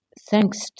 thanks